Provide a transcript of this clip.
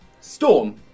Storm